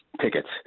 tickets